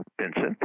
Vincent